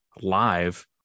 live